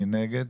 מי נגד?